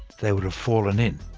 they would have fallen in.